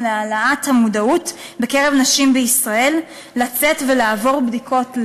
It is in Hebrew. להעלאת המודעות בקרב נשים בישראל לצאת ולעבור בדיקות לב,